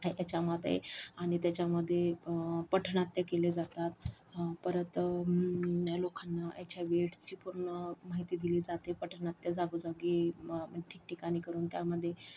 याच्यामध्ये आणि त्याच्यामध्ये पथनाट्य केले जातात परत लोकांना एच आय व्ही एड्सची पूर्ण माहिती दिली जाते पथनाट्य जागोजागी ठिकठिकाणी करून त्यामध्ये